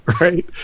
Right